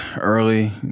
early